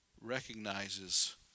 recognizes